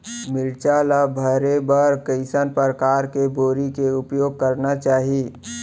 मिरचा ला भरे बर कइसना परकार के बोरी के उपयोग करना चाही?